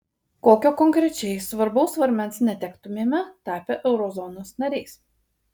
kokio konkrečiai svarbaus svarmens netektumėme tapę eurozonos nariais